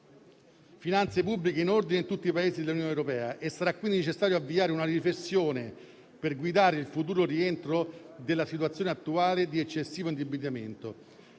finanze pubbliche in ordine in tutti i Paesi dell'Unione europea. Sarà, quindi, necessario avviare una riflessione per guidare il futuro rientro della situazione attuale di eccessivo indebitamento;